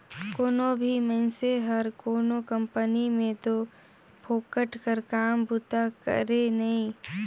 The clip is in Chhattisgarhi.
कोनो भी मइनसे हर कोनो कंपनी में दो फोकट कर काम बूता करे नई